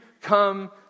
come